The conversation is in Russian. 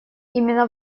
именно